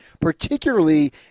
particularly